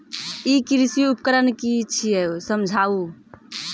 ई कृषि उपकरण कि छियै समझाऊ?